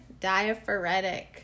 diaphoretic